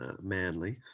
manly